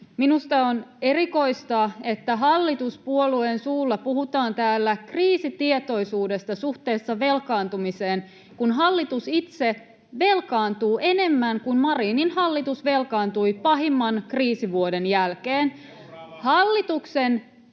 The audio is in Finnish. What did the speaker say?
Minusta on erikoista, että hallituspuolueen suulla puhutaan täällä kriisitietoisuudesta suhteessa velkaantumiseen, kun hallitus itse velkaantuu enemmän kuin Marinin hallitus velkaantui pahimman kriisivuoden jälkeen. [Oikealta: